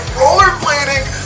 rollerblading